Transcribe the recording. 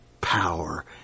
power